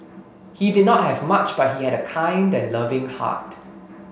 he did not have much but he had a kind and loving heart